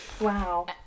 Wow